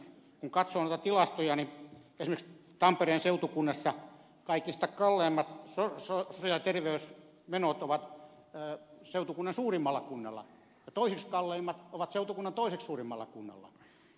kun katsoo noita tilastoja niin esimerkiksi tampereen seutukunnassa kaikista kalleimmat sosiaali ja terveysmenot ovat seutukunnan suurimmalla kunnalla ja toiseksi kalleimmat ovat seutukunnan toiseksi suurimmalla kunnalla